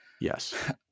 yes